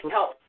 Help